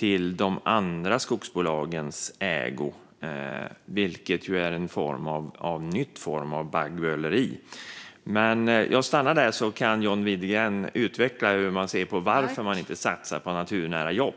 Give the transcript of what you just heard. i de andra skogsbolagens ägo, vilket ju är en ny form av baggböleri. Jag stannar där, så kan John Widegren utveckla varför man inte satsar på naturnära jobb.